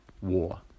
war